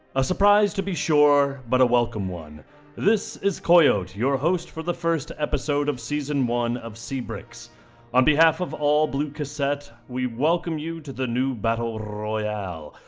a surprise to be sure but a welcome one this is coiot, your host for the first episode of season one of cbrx. on behalf of all blue cassette, we welcome you to the new battle royale.